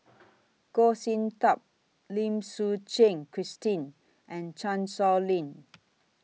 Goh Sin Tub Lim Suchen Christine and Chan Sow Lin